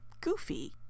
goofy